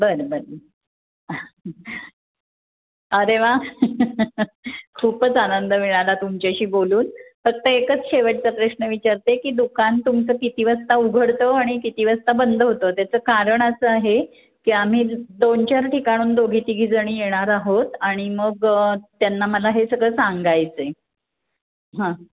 बरं बरं अरे वा खूपच आनंद मिळाला तुमच्याशी बोलून फक्त एकच शेवटचा प्रश्न विचारते की दुकान तुमचं किती वाजता उघडतं आणि किती वाजता बंद होतं त्याचं कारण असं आहे की आम्ही दोन चार ठिकाणहून दोघी तिघीजणी येणार आहोत आणि मग त्यांना मला हे सगळं सांगायचं आहे हां